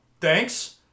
Thanks